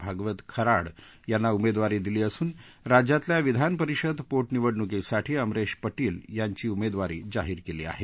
भागवत कराड यांना उमेदवारी दिली असून राज्यातल्या विधानपरिषद पोट निवडणूकीसाठी अमरिश पटेल यांची उमेदवारी जाहिर केली आहे